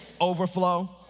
overflow